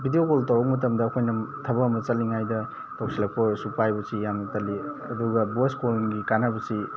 video call ꯇꯧꯔꯛ ꯃꯇꯝꯗ ꯑꯩꯈꯣꯏꯅ ꯊꯕꯛ ꯑꯃ ꯆꯠꯂꯤꯉꯩꯗ ꯇꯧꯁꯤꯜꯂꯛꯄ ꯑꯣꯏꯔꯁꯨ ꯄꯥꯏꯕꯁꯤ ꯌꯥꯝꯅ ꯇꯜꯂꯤ ꯑꯗꯨꯒ ꯕꯣꯏꯁ ꯀꯣꯟꯒꯤ ꯀꯥꯟꯅꯕꯁꯤ